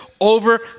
over